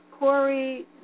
Corey